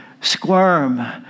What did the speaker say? squirm